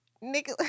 nick